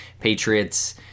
Patriots